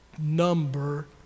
Number